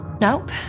Nope